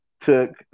took